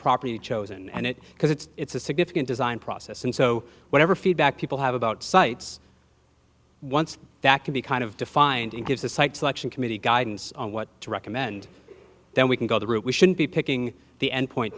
properly chosen and it because it's a significant design process and so whatever feedback people have about sites once that can be kind of defined and gives the site selection committee guidance on what to recommend then we can go the route we shouldn't be picking the endpoint